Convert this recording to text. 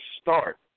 start